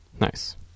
Nice